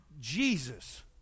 Jesus